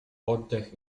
oddech